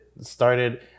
started